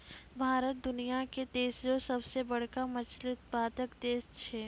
भारत दुनिया के तेसरो सभ से बड़का मछली उत्पादक देश छै